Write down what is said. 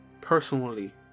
personally